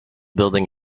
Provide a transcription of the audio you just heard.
building